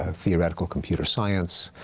ah theoretical computer science.